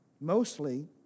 mostly